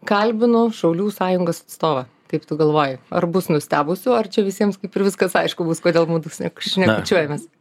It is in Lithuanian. kalbinau šaulių sąjungos atstovą kaip tu galvoji ar bus nustebusių ar čia visiems kaip ir viskas aišku bus kodėl mudu sne šnekučiuojamės